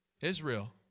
Israel